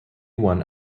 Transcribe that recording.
one